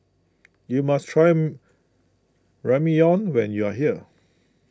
you must try Ramyeon when you are here